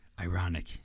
Ironic